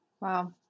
Wow